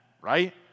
right